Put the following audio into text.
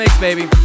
baby